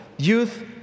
Youth